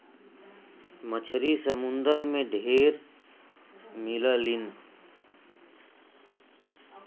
मछरी समुंदर में ढेर मिललीन